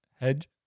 hedge